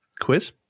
quiz